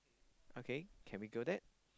okay can we go that